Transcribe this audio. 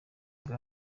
bwa